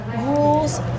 rules